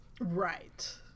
Right